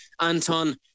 Anton